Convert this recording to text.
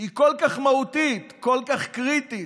שהיא כל כך מהותית, כל כך קריטית,